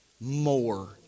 more